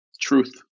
Truth